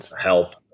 help